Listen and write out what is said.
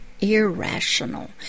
irrational